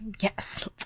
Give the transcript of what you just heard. Yes